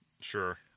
Sure